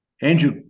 Andrew